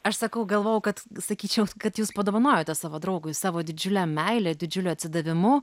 aš sakau galvojau kad sakyčiau kad jūs padovanojote savo draugui savo didžiule meile didžiuliu atsidavimu